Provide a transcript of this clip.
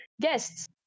guests